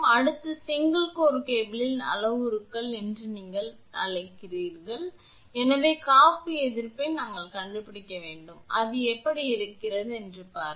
அடுத்து single core கேபிளின் அளவுருக்கள் என்று நீங்கள் அழைக்கிறோம் எனவே காப்பு எதிர்ப்பை நாங்கள் கண்டுபிடிக்க வேண்டும் அது எப்படி இருக்கிறது என்று பாருங்கள்